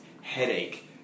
headache